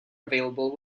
available